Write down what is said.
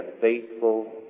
faithful